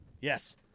Yes